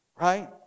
Right